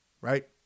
right